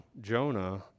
Jonah